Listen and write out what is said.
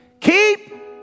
Keep